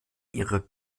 ihre